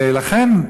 ולכן,